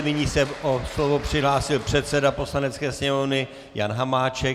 Nyní se o slovo přihlásil předseda Poslanecké sněmovny Jan Hamáček.